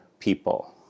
people